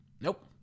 nope